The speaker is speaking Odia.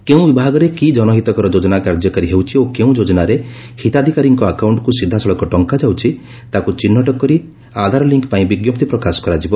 କେଉଁ ବିଭାଗରେ କି ଜନହିତକର ଯୋଜନା କାର୍ଯ୍ୟକାରୀ ହେଉଛି ଓ କେଉଁ ଯୋଜନାରେ ହିତାଧିକାରୀଙ୍କ ଆକାଉକ୍ଷକୁ ସିଧାସଳଖ ଟଙ୍କା ଯାଉଛି ତାକୁ ଚିହ୍ବଟ କରି ଆଧାର ଲିଙ୍କ୍ ପାଇଁ ବିଙ୍କପ୍ତି ପ୍ରକାଶ କରାଯିବ